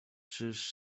czyż